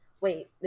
Wait